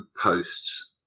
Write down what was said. posts